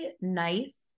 nice